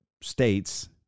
states